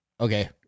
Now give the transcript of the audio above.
Okay